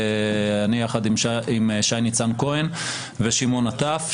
אני יחד עם שי-ניצן כהן ושמעון נטף,